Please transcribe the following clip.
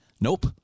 Nope